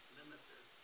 limited